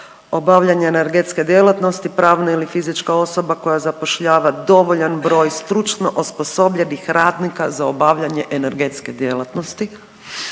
osposobljena energetske djelatnosti pravna ili fizička osoba koja zapošljava dovoljan broj stručno osposobljenih radnika za obavljanje energetske djelatnosti.